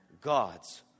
God's